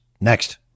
Next